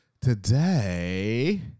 Today